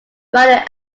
rounded